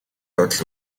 явдал